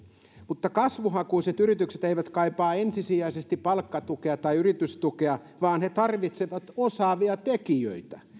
mutta kasvuhakuiset yritykset eivät kaipaa ensisijaisesti palkkatukea tai yritystukea vaan he tarvitsevat osaavia tekijöitä